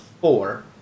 four